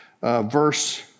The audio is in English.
verse